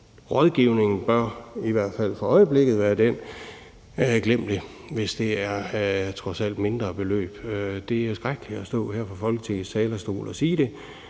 rådgivningen i hvert fald for øjeblikket bør være: Glem det, hvis det trods alt er mindre beløb. Det er skrækkeligt at stå her på Folketingets talerstolen og sige det,